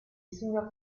signor